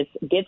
get